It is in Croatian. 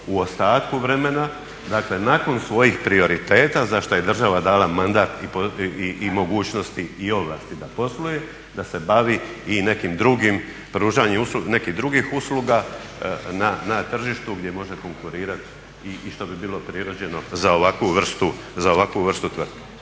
u ostatku vremena nakon svojih prioriteta za što je država dala mandat i mogućnosti i ovlasti da posluje da se bavi i nekim drugim pružanja usluga nekih drugi usluga na tržištu gdje može konkurirati i što bi bilo prirođeno za ovakvu vrstu …